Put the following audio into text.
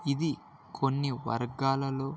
ఇది కొన్ని వర్గాలలో